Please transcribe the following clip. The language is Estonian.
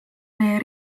meie